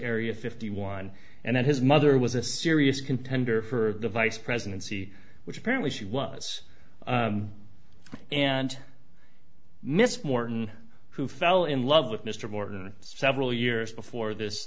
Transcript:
area fifty one and that his mother was a serious contender for the vice presidency which apparently she was and miss morton who fell in love with mr borden several years before this